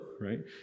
right